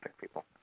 people